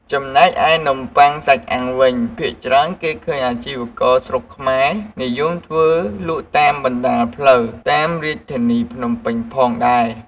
ចំណែកឯនំបុ័ងសាច់អាំងវិញ ភាគច្រើនគេឃើញអាជីករស្រុកខ្មែរនិយមធ្វើលក់តាមបណ្តោយផ្លូវតាមរាជធានីភ្នំពេញផងដែរ។